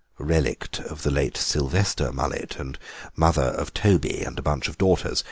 relict of the late sylvester mullet, and mother of toby and a bunch of daughters,